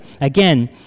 again